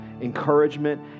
encouragement